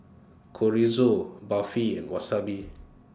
Chorizo Barfi Wasabi